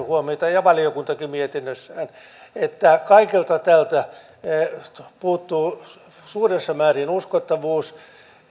huomiota valiokuntakin mietinnössään on se että kaikelta tältä puuttuu suuressa määrin uskottavuus